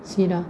see lah